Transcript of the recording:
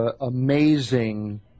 Amazing